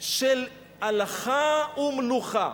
של הלכה ומנוחה,